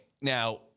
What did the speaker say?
Now